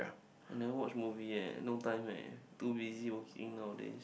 I never watch movie eh no time eh too busy working nowadays